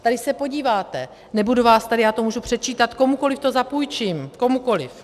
Tady se podíváte, nebudu vás tady, já to můžu předčítat, komukoliv to zapůjčím, komukoliv.